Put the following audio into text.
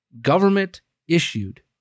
government-issued